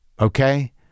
Okay